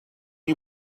you